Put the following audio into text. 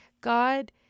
God